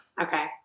Okay